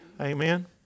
Amen